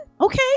okay